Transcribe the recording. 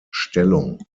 stellung